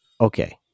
okay